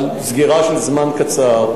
אנחנו מדברים על סגירה לזמן קצר,